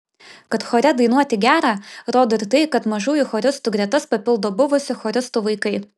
kad chore dainuoti gera rodo ir tai kad mažųjų choristų gretas papildo buvusių choristų vaikai